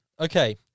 Okay